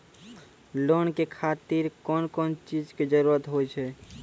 Loan के खातिर कौन कौन चीज के जरूरत हाव है?